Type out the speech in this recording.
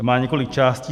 Má několik částí.